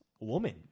woman